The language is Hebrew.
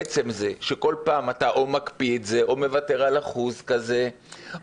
עצם זה שכל פעם אתה או מקפיא את זה או מוותר על 1% כזה או